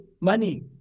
money